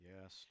Yes